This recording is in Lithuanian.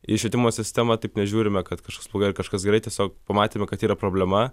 į švietimo sistemą taip nežiūrime kad kažkas blogai ar kažkas gerai tiesiog pamatėme kad yra problema